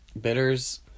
bitters